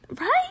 right